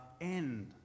end